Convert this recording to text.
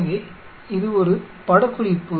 எனவே இது ஒரு பட குறிப்பு